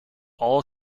all